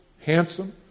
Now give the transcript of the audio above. handsome